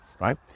right